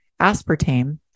aspartame